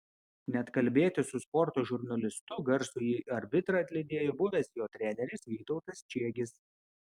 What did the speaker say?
net kalbėtis su sporto žurnalistu garsųjį arbitrą atlydėjo buvęs jo treneris vytautas čiegis